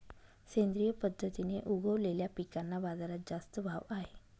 सेंद्रिय पद्धतीने उगवलेल्या पिकांना बाजारात जास्त भाव आहे